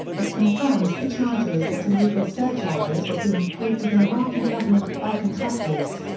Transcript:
but confirms the charges that illegal surcharges were being paid to the iraqi government by contractors.